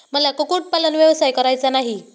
मला कुक्कुटपालन व्यवसाय करायचा नाही